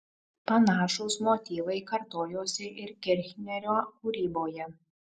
panašūs motyvai kartojosi ir kirchnerio kūryboje